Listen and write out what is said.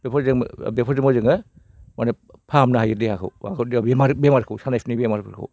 बेफोरजोंबो बेफोरजोंबो जोङो माने फाहामनो हायो देहाखौ बेमारखौ सानाय सुनाय बेमारफोरखौ